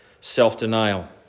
self-denial